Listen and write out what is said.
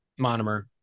monomer